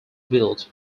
built